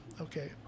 okay